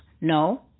No